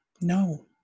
No